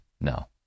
No